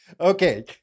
Okay